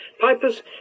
Pipers